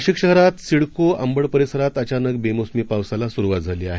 नाशिकशहरातसिडको अंबडपरिसरातअचानकबेमोसमीपावसालासुरुवातझालीआहे